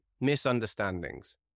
misunderstandings